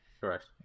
Correct